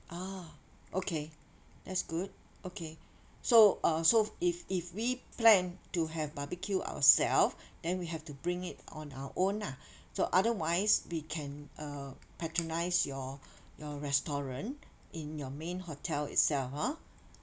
ah okay that's good okay so uh so if if we plan to have barbecue ourself then we have to bring it on our own ah so otherwise we can uh patronise your your restaurant in your main hotel itself hor